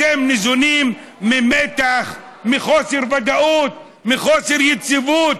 אתם ניזונים ממתח, מחוסר ודאות, מחוסר יציבות.